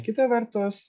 kita vertus